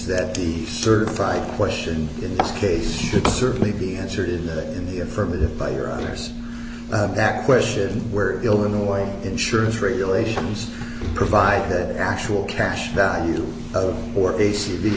that the certified question in this case should certainly be answered in that in the affirmative by your years back question where illinois insurance regulations provide that actual cash value or a c